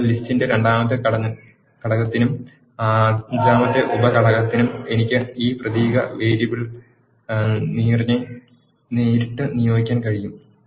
അതിനാൽ ലിസ്റ്റിന്റെ രണ്ടാമത്തെ ഘടകത്തിനും അഞ്ചാമത്തെ ഉപ ഘടകത്തിനും എനിക്ക് ഈ പ്രതീക വേരിയബിൾ നിറിനെ നേരിട്ട് നിയോഗിക്കാൻ കഴിയും